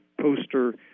poster